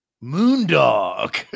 Moondog